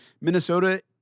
Minnesota